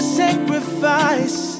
sacrifice